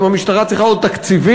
אם המשטרה צריכה עוד תקציבים,